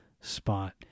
spot